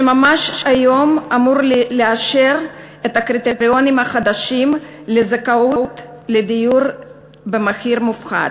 שממש היום אמור לאשר את הקריטריונים החדשים לזכאות לדיור במחיר מופחת,